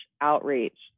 outreach